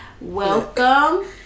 Welcome